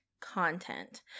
content